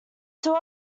two